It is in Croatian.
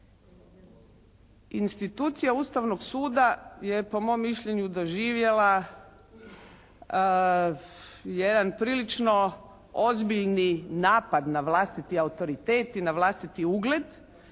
institucija Ustavnog suda je po mom mišljenju doživjela jedan prilično ozbiljni napad na vlastiti autoritet i na vlastiti ugled